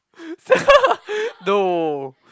no